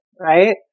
right